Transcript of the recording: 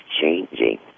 changing